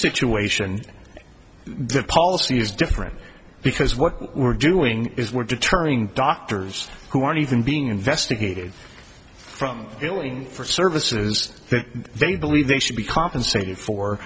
situation the policy is different because what we're doing is we're deterring doctors who aren't even being investigated from feeling for services that they believe they should be compensated for